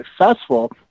successful